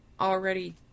already